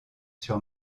sur